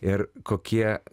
ir kokie